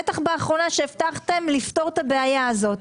בטח באחרונה שהבטחתם לפתור את הבעיה הזאת,